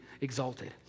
exalted